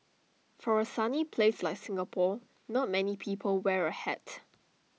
for A sunny place like Singapore not many people wear A hat